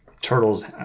turtles